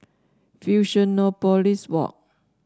Fusionopolis Walk